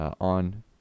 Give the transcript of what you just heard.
on